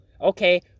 Okay